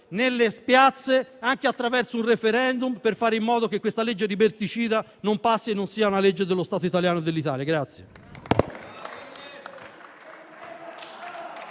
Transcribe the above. nelle piazze, anche attraverso un *referendum*, per fare in modo che questa legge liberticida non passi e non sia una legge dello Stato italiano. *(Applausi.